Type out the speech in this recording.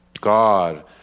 god